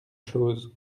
chose